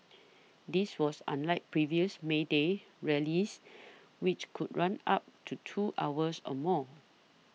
this was unlike previous May Day rallies which could run up to two hours or more